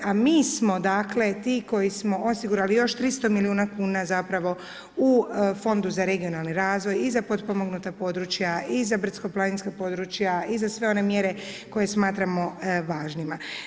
A mi smo dakle ti koji smo osigurali još 300 milijuna kuna zapravo u Fondu za regionalni razvoj i za potpomognuta područja, i za brdsko-planinska područja, i za sve one mjere koje smatramo važnima.